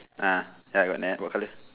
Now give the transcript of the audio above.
ah ya got net what colour